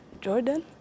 Jordan